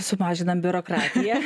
sumažinam biurokratiją